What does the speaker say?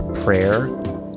prayer